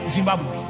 Zimbabwe